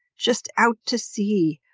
just out to sea,